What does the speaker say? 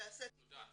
וייעשה תיקון בנושא.